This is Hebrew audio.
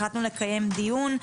החלטנו לקיים דיון,